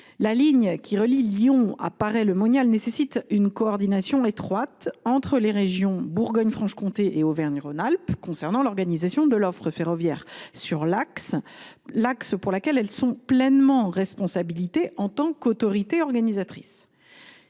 La ligne qui relie Lyon à Paray le Monial nécessite une coordination étroite entre les régions Bourgogne Franche Comté et Auvergne Rhône Alpes concernant l’organisation de l’offre ferroviaire sur l’axe, pour laquelle elles sont pleinement responsables en tant qu’autorités organisatrices.